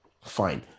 fine